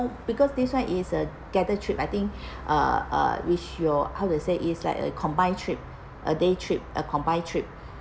because this [one] is a gather trip I think uh uh which your how to say is like a combined trip a day trip a combine trip